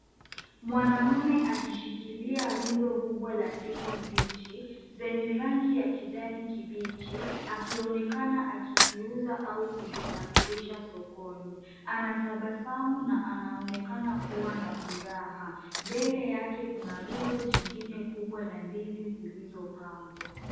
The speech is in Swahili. Mwanamume akishikilia rundo kubwa la ndizi mbichi zenye rangi ya kijani kibichi akionekana akiziuza au kuzisafirisha sokoni. Anatabasamu na anaonekana kuwa na furaha. Mbele yake kuna rundo jingine kubwa la ndizi zilizopangwa.